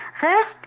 First